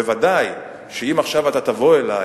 ודאי שאם אתה עכשיו תבוא אלי